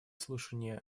слушания